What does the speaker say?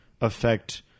affect –